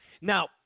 Now